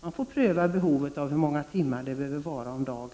Man får pröva behovet av antalet timmar per dag.